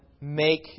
make